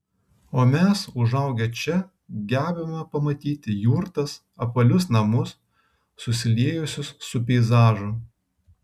o mes užaugę čia gebame pamatyti jurtas apvalius namus susiliejusius su peizažu